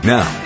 Now